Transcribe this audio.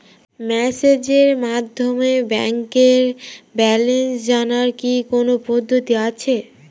মেসেজের মাধ্যমে ব্যাংকের ব্যালেন্স জানার কি কোন পদ্ধতি আছে?